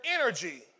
energy